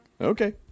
Okay